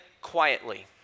quietly